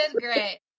great